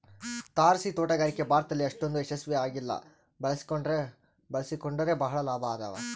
ತಾರಸಿತೋಟಗಾರಿಕೆ ಭಾರತದಲ್ಲಿ ಅಷ್ಟೊಂದು ಯಶಸ್ವಿ ಆಗಿಲ್ಲ ಬಳಸಿಕೊಂಡ್ರೆ ಬಳಸಿಕೊಂಡರೆ ಬಹಳ ಲಾಭ ಅದಾವ